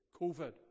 COVID